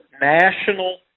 national